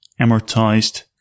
amortized